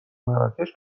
مراکش